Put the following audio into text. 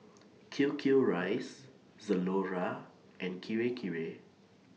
Q Q Rice Zalora and Kirei Kirei